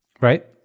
right